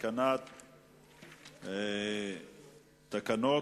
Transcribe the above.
התקנת תקנות),